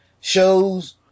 shows